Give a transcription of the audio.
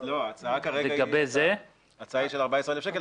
ההצעה היא של 14,000 שקלים.